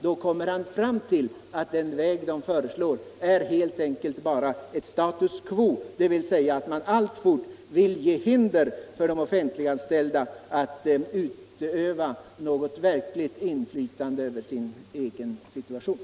Då kommer han säkert fram till att den föreslagna vägen helt enkelt bara innebär ett status quo, dvs. att man alltfort vill resa hinder för de offentliganställda att utöva något verkligt inflytande över sin egen situation.